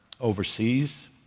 overseas